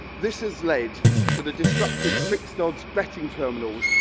this is led to the destructive fixed odd so betting terminals,